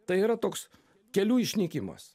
tai yra toks kelių išnykimas